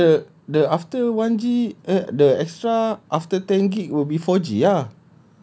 ya then the the after one G err the extra after ten G will be four G ah